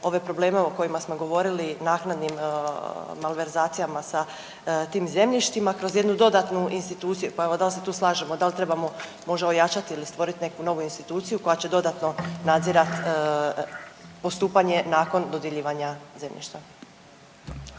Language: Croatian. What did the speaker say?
ove probleme o kojima smo govorili naknadnim malverzacijama sa tim zemljištima kroz jednu dodatnu instituciju, pa evo dal se tu slažemo, dal trebamo možda ojačat ili stvorit neku novu instituciju koja će dodatno nadzirat postupanje nakon dodjeljivanja zemljišta.